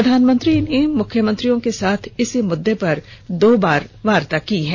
प्रधानमंत्री ने मुख्यमंत्रियों के साथ इसी मुद्दे पर दो बार वार्ता की है